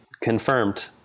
Confirmed